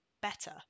better